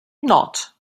not